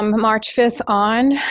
march fifth on,